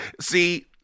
See